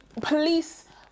police